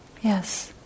Yes